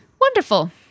Wonderful